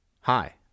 Hi